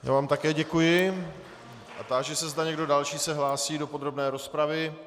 Já vám také děkuji a táži se, zda se někdo další hlásí do podrobné rozpravy.